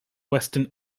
western